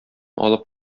алып